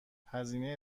هزینه